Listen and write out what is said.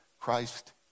Christ